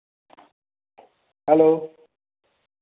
hello